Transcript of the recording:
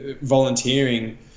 volunteering